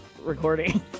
recording